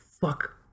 fuck